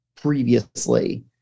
previously